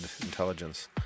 intelligence